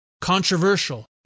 controversial